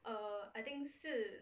uh I think 是